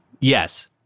Yes